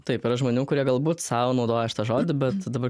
taip yra žmonių kurie galbūt sau naudoja šitą žodį bet dabar